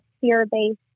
fear-based